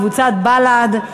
קבוצת בל"ד,